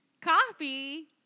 Coffee